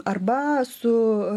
arba su